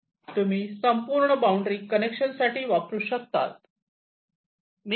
तुम्ही संपूर्ण boundary connection साठी वापरू शकतात